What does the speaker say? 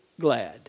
glad